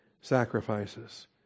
sacrifices